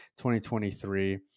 2023